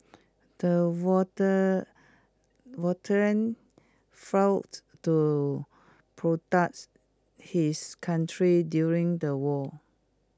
the water veteran fought to products his country during the war